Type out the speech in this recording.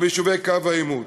וביישובי קו העימות.